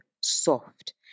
soft